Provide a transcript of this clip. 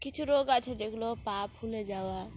কিছু রোগ আছে যেগুলো পা ফুলে যাওয়া